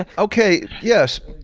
and okay, yes,